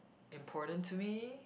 important to me